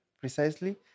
precisely